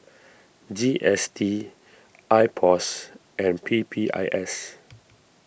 G S T I Pos and P P I S